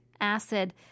Acid